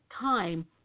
time